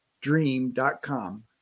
dream.com